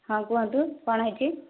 ହଁ କୁହନ୍ତୁ କ'ଣ ହୋଇଛି